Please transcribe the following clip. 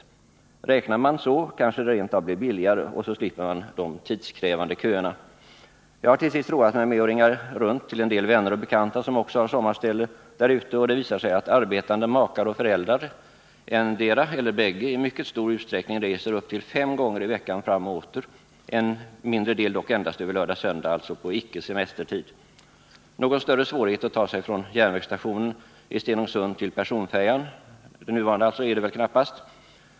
Om man räknar så, blir det kanske rent av billigare att åka kollektivt, och dessutom slipper man de tidskrävande köerna. Till sist vill jag säga att jag har roat mig med att ringa runt till en del vänner och bekanta, som också har sommarställe där ute på öarna. Det visar sig då att arbetande makar och föräldrar — en av dem eller båda — i mycket stor utsträckning reser upp till fem gånger i veckan fram och åter. En mindre del av dessa reser dock endast lördagar och söndagar. Detta gäller alltså på icke semestertid. Det är väl knappast någon större svårighet att ta sig från järnvägsstationen i Stenungsund till nuvarande personfärja.